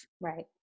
right